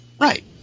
Right